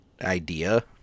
idea